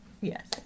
Yes